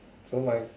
so my